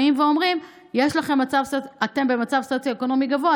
באים ואומרים: אתם במצב סוציו-אקונומי גבוה,